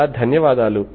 చాలా ధన్యవాదాలు